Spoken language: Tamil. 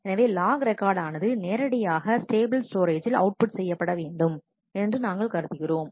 எனவே லாக் ரெக்கார்ட் ஆனது நேரடியாக ஸ்டேபிள் ஸ்டோரேஜ்ஜில் அவுட் புட் செய்யப்பட வேண்டும் என்று நாங்கள் கருதுகிறோம்